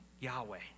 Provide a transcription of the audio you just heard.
Yahweh